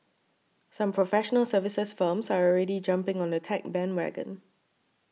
some professional services firms are already jumping on the tech bandwagon